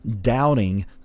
doubting